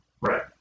Right